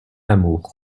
amour